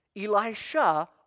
Elisha